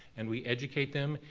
and we educate them.